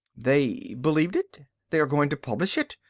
they believed it? they are going to publish it?